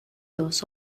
dos